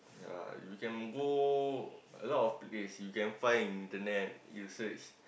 ya you can go a lot of place you can find in internet you search